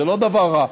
זה לא דבר רע.